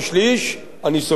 אני סוגר סוגריים.